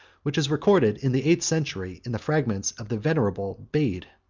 which is recorded in the eighth century, in the fragments of the venerable bede